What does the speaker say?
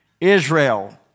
Israel